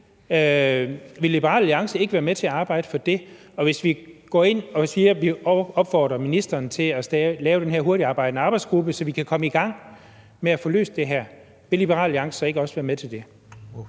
vil Liberal Alliance ikke være med til at arbejde for sådan en lille ting? Hvis vi går ind og opfordrer ministeren til at lave den her hurtigtarbejdende arbejdsgruppe, så vi kan komme i gang med at få løst det her, vil Liberal Alliance så ikke også være med til det?